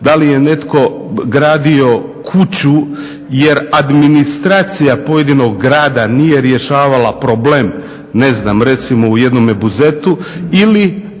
da li je netko gradio kući jer administracija pojedinog grada nije rješavala problem ne znam recimo u jednome Buzetu ili